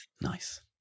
Nice